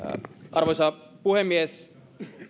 arvoisa puhemies